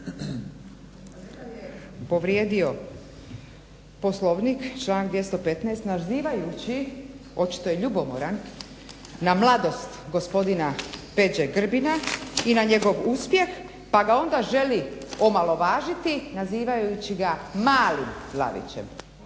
povrijedio Poslovnik član 215. nazivajući, očito je ljubomoran, na mladost gospodina Peđe Grbina i na njegov uspjeh pa ga onda želi omalovažiti nazivajući ga malim lavićem.